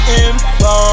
info